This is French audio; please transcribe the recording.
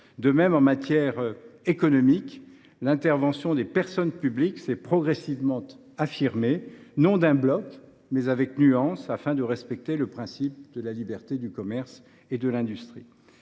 De même, en matière économique, l’intervention des personnes publiques s’est progressivement affirmée, non d’un bloc, mais avec nuance, afin de respecter le principe de la liberté du commerce et de l’industrie.